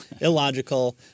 illogical